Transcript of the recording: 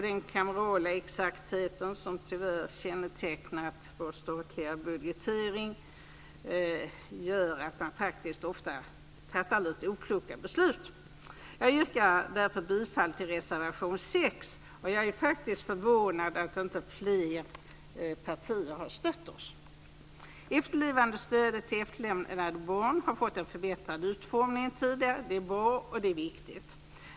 Den kamerala exakthet som tyvärr kännetecknat vår statliga budgetering gör att man ofta fattar lite okloka beslut. Jag yrkar bifall till reservation 6, och jag är faktiskt förvånad att inte fler partier har stött oss. Efterlevandestödet till efterlämnade barn har fått en förbättrad utformning mot vad den hade tidigare. Det är bra och viktigt.